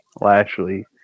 Lashley